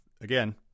Again